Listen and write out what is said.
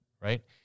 right